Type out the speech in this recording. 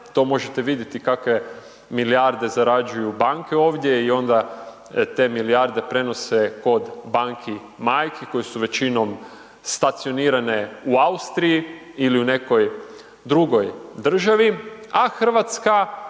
To možete vidjeti kakve milijarde zarađuju banke ovdje i onda te milijarde prenose kod banki majki, koji su većinom stacionirani u Austriji ili nekoj drugoj državi, a Hrvatska